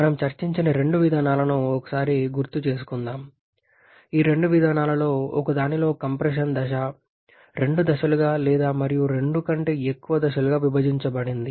మనము చర్చించిన రెండు విధానాలను ఒకసారి గుర్తు చేసుకుందాం ఈ రెండు విధానాలలో ఒకదానిలో కంప్రెషన్ దశ రెండు దశలుగా లేదా రెండు కంటే ఎక్కువ దశలుగా విభజించబడింది